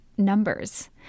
Numbers